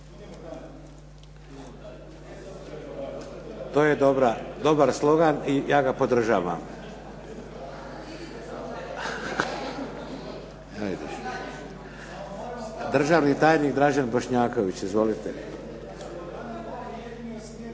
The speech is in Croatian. To je dobar slogan i ja ga podržavam. Državni tajnik, Dražen Bošnjaković. Izvolite.